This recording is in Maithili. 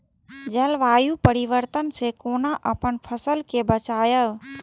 जलवायु परिवर्तन से कोना अपन फसल कै बचायब?